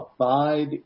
Abide